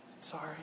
Sorry